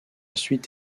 suite